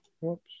whoops